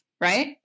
right